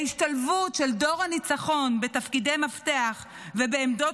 ההשתלבות של דור הניצחון בתפקידי מפתח ובעמדות